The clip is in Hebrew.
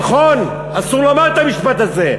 נכון, אסור לומר את המשפט הזה.